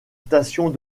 stations